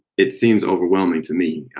it seems overwhelming to me,